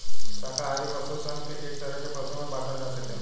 शाकाहारी पशु सन के एक तरह के पशु में बाँटल जा सकेला